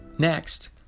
Next